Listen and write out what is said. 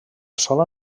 sola